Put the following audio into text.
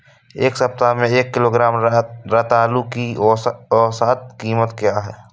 इस सप्ताह में एक किलोग्राम रतालू की औसत कीमत क्या है?